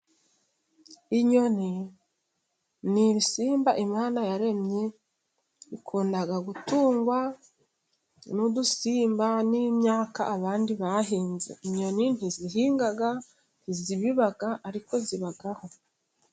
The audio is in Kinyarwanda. Inyoni ni ibisimba Imana yaremye bikunda gutungwa n'udusimba n'imyaka abandi bahinze. Inyoni ntizihinga, ntizibiba, ariko zibaho.